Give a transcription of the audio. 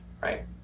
right